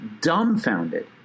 dumbfounded